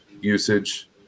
usage